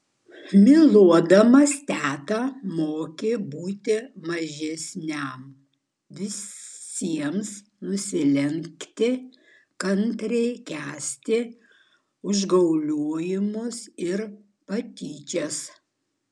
myluodama teta mokė būti mažesniam visiems nusilenkti kantriai kęsti užgauliojimus ir patyčias